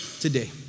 today